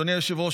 אדוני היושב-ראש,